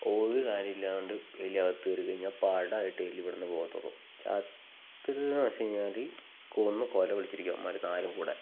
ഒരു കാര്യം ഇല്ലാണ്ട് വീട്ടിനകത്ത് കയറി കഴിഞ്ഞാൽ പാടായിട്ട് എലി ഇവിടുന്ന് പോകത്തുള്ളു ചത്തതെന്ന് വെച്ച് കഴിഞ്ഞാൽ കൊന്ന് കൊല വിളിച്ചിരിക്കും അവന്മാർ നാലും കൂടെ